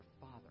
Father